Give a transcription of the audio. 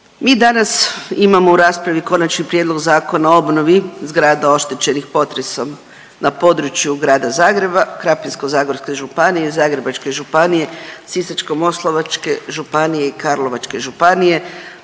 mi danas imamo u raspravi Konačni prijedlog Zakon o obnovi zgrada oštećenih potresom na području Grada Zagreba, Krapinsko-zagorske županije i Zagrebačke županije, Sisačko-moslavačke županije i Karlovačke županije,